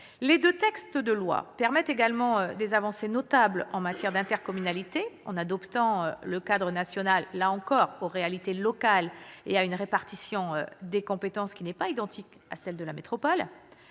Les deux textes de loi permettent également des avancées notables en matière d'intercommunalité, en adaptant le cadre national aux réalités locales et à une répartition des compétences qui n'est pas identique à celle de la métropole.